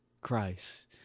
Christ